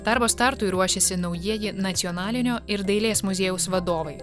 darbo startui ruošiasi naujieji nacionalinio ir dailės muziejaus vadovai